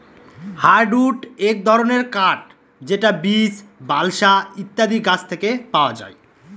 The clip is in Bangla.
হার্ডউড এক ধরনের কাঠ যেটা বীচ, বালসা ইত্যাদি গাছ থেকে পাওয়া যায়